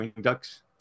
ducks